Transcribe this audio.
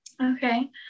okay